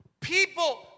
People